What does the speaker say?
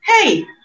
hey